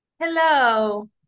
Hello